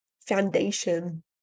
foundation